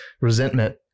resentment